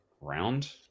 round